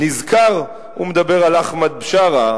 נזכר" הוא מדבר על עזמי בשארה,